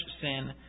sin